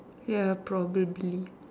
ya probably